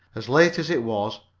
as late as it was,